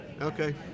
Okay